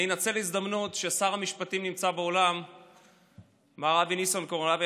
אני אנצל את ההזדמנות ששר המשפטים מר אבי ניסנקורן נמצא באולם.